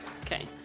Okay